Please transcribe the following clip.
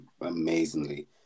amazingly